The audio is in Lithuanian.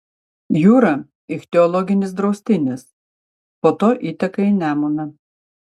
jūra ichtiologinis draustinis po to įteka į nemuną